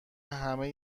همه